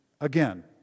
again